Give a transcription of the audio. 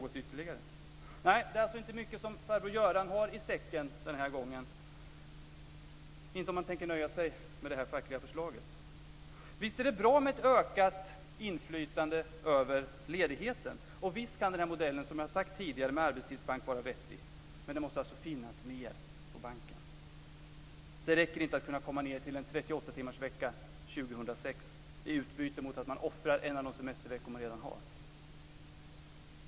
Nej, det är alltså inte mycket som farbror Göran har i säcken den här gången om han tänker nöja sig med det fackliga förslaget. Visst är det bra med ett ökat inflytande över ledigheten, och visst kan modellen med arbetstidsbank vara vettig. Men det måste finnas mer på banken! Det räcker inte att kunna komma ned till en 38 timmarsvecka 2006 i utbyte mot att man offrar en av de semesterveckor man redan har.